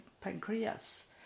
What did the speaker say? pancreas